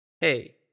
hey